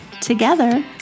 together